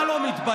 אתה לא מתבייש?